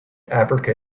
africa